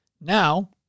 Now